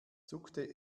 zuckte